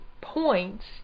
points